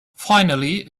finally